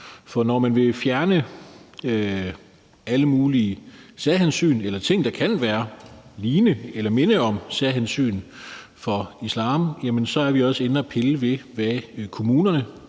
For når man vil fjerne alle mulige særhensyn eller ting, der kan være, ligne eller minde om særhensyn for islam, så er vi også inde at pille ved, hvad kommunerne